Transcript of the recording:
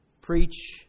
preach